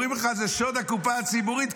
אומרים לך: זה שוד הקופה הציבורית,